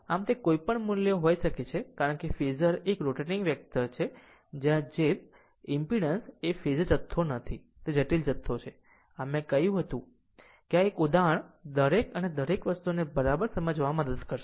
આમ તે કોઈ પણ મૂલ્ય હોઈ શકે છે કારણ કે ફેઝર એક રોટેટીંગ વેક્ટર છે જયાં jth ઈમ્પીડન્સ એ ફેઝર જથ્થો નથી તે જટિલ જથ્થો છે આમ આમ મેં કહ્યું છે આ એક ઉદાહરણ દરેક અને દરેક વસ્તુને બરાબર સમજવામાં મદદ કરશે